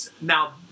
now